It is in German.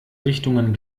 richtungen